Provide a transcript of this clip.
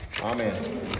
Amen